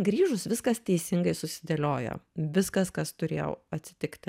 grįžus viskas teisingai susidėliojo viskas kas turėjo atsitikti